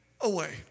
away